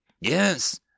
Yes